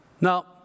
Now